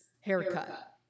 haircut